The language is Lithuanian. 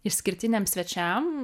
išskirtiniam svečiam